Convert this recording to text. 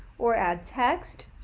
or add text,